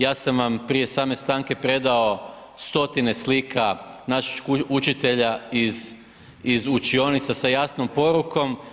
Ja sam vam prije same stanke predao 100-tine slika naših učitelja iz učionica sa jasnom porukom.